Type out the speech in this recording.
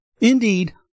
Indeed